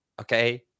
okay